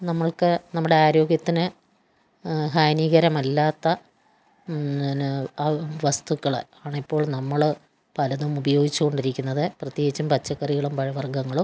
നമ്മൾക്ക് നമ്മുടെ ആരോഗ്യത്തിന് ഹാനികരമല്ലാത്ത പിന്നെ ആ വസ്തുക്കൾ ആണിപ്പോൾ നമ്മൾ പലതും ഉപയോഗിച്ചുകൊണ്ടിരിക്കുന്നത് പ്രത്യേകിച്ചും പച്ചക്കറികളും പഴവർഗങ്ങളും